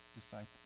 disciple